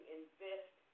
invest